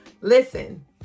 Listen